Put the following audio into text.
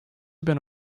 ben